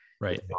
Right